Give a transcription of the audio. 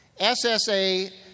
SSA